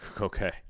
Okay